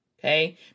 Okay